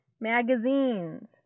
magazines